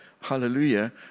Hallelujah